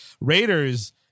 Raiders